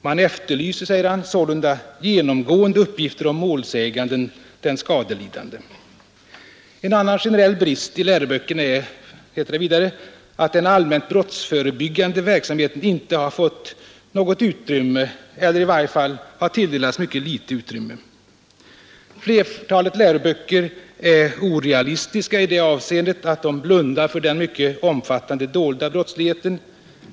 Man efterlyser sålunda genomgående uppgifter om målsäganden — den skadelidande.” En annan generell brist i läroböckerna är, heter det vidare, ”att den allmänt brottsförebyggande verksamheten inte har fått något eller i varje fall har tilldelats mycket litet utrymme”. — Flertalet läroböcker är orealistiska i det avseendet att de blundar för den mycket omfattande dolda brottsligheten.